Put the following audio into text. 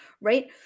right